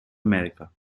america